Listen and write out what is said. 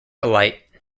alight